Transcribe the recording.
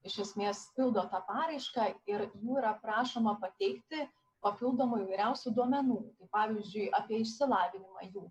iš esmės pildo tą paraišką ir jų yra prašoma pateikti papildomų įvairiausių duomenų kaip pavyzdžiui apie išsilavinimą jų